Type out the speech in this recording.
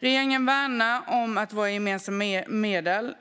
Regeringen värnar om våra gemensamma medel.